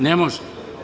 Ne može.